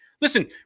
Listen